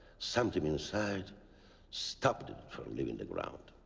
something inside stopped it from leaving the ground.